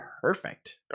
perfect